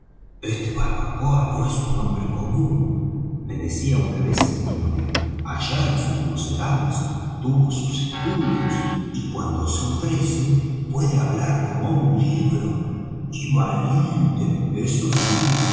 este barbacoa no es un hombre común me decía una vez el timonel allá en sus mocedades tuvo sus estudios y cuando se ofrece puede hablar como un libro y valiente eso sí